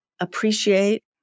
appreciate